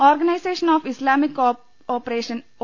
organisation of Islamic cooperation O